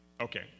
Okay